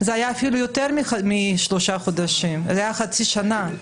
זה היה אפילו יותר משלושה חודשים, זה היה חצי שנה.